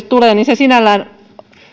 tulee niin se sinällään